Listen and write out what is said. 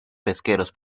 pesqueros